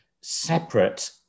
separate